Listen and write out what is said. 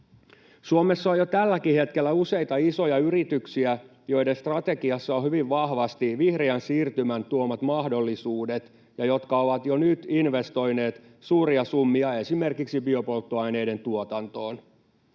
Suomessa on jo tälläkin hetkellä useita isoja yrityksiä, joiden strategiassa on hyvin vahvasti vihreän siirtymän tuomat mahdollisuudet ja jotka ovat jo nyt investoineet suuria summia esimerkiksi biopolttoaineiden tuotantoon.